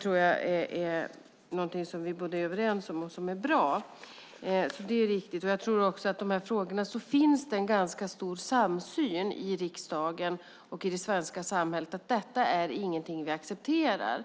tror jag är någonting som vi är överens om och som är bra. Det är viktigt. Jag tror att det i de här frågorna finns en ganska stor samsyn i riksdagen och i det svenska samhället om att detta inte är någonting som vi accepterar.